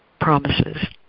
promises